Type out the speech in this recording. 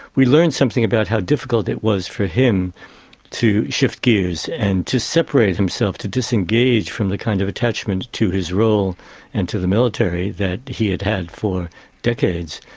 we learn something about how difficult it was for him to shift gears and to separate himself, to disengage from the kind of attachment to his role and to the military that he had had for decades,